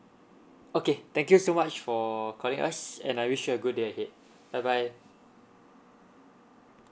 okay thank you so much for calling us and I wish you a good day ahead bye bye